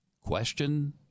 Question